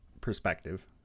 perspective